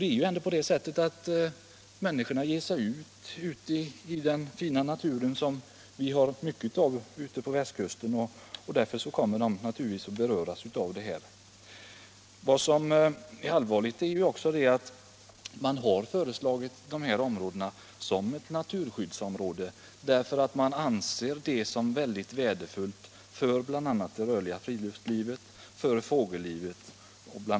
Det är ju ändå så att människor ger sig ut i den fina naturen som vi har mycket av på västkusten. De kommer då också att beröras av detta. Allvarligt är detta också mot bakgrund av att man föreslagit detta område som naturskyddsområde därför att man anser det som mycket värdefullt för bl.a. det rörliga friluftslivet och för fågellivet.